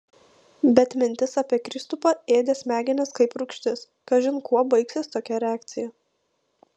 bet mintis apie kristupą ėdė smegenis kaip rūgštis kažin kuo baigsis tokia reakcija